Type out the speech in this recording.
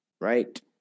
right